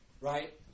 right